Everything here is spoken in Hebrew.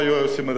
כן, דוד?